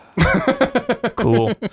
Cool